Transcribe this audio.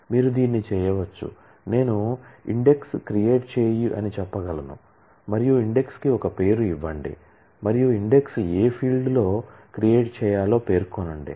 మీరు దీన్ని చెయ్యవచ్చు నేను ఇండెక్స్ క్రియేట్ చేయు అని చెప్పగలను మరియు ఇండెక్స్కు ఒక పేరు ఇవ్వండి మరియు ఇండెక్స్ ఏ ఫీల్డ్లో క్రియేట్ చేయాలో పేర్కొనండి